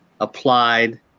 applied